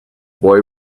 boy